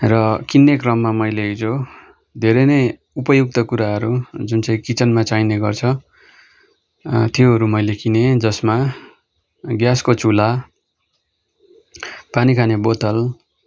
र किन्ने क्रममा मैले हिजो धेरै नै उपयुक्त कुराहरू जुन चाहिँ किचनमा चाहिने गर्छ त्योहरू मैले किनेँ जसमा ग्यासको चुल्हा पानी खाने बोतल